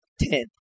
Ten